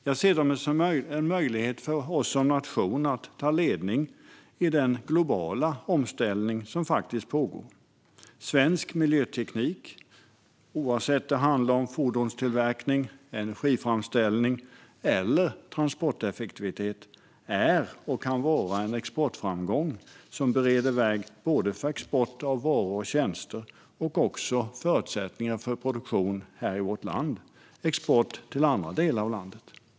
Jag ser dem som en möjlighet för oss som nation att ta ledning i den globala omställning som pågår. Svensk miljöteknik, oavsett om det handlar om fordonstillverkning, energiframställning eller transporteffektivitet, är och kan vara en exportframgång som bereder väg för export av varor och tjänster och också ger förutsättningar för produktion här i vårt land, som en export till andra delar av landet.